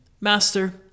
Master